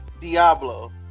Diablo